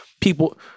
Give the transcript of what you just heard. people